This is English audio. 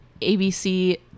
ABC